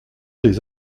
des